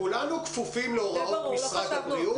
כולנו כפופים להוראות משרד הבריאות.